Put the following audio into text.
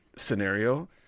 Scenario